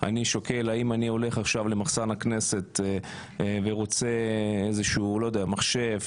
אני שוקל אלא האם אני הולך עכשיו למחסן הכנסת ורוצה איזשהו מחשב,